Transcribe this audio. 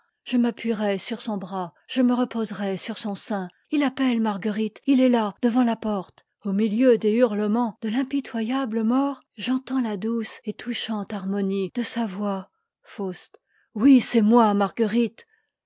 je m'ap puierai sur son bras je me reposerai sur son sein il appelle marguerite il est là devant la porte au milieu des hurlements de l'impitoyable mort j'entends ladouce et touchante harmonie de sa voix oui c'est moi marguerite